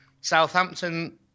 Southampton